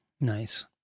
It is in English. Nice